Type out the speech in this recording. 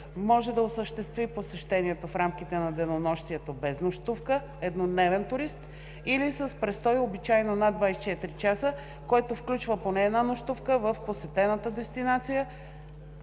може да осъществи посещението в рамките на денонощието без нощувка (еднодневен турист) или с престой обичайно над 24 часа, който включва поне една нощувка в посетената дестинация